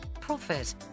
profit